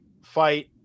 fight